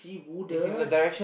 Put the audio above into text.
he wouldn't